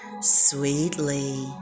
sweetly